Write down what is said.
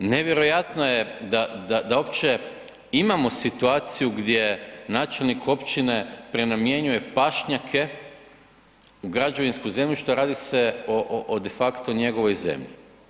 Nevjerojatno je da uopće imamo situaciju gdje načelnik općine prenamjenjuje pašnjake u građevinsko zemljište, a radi se o de facto njegovoj zemlji.